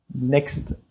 next